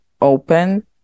open